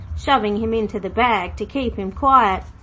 shoving him into the bag to keep him quiet,